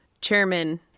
chairman